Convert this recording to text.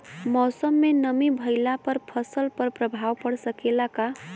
मौसम में नमी भइला पर फसल पर प्रभाव पड़ सकेला का?